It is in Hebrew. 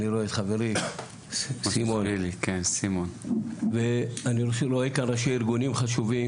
אני רואה את חברי סימון ואני רואה כאן ראשי ארגונים חשובים